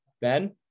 Ben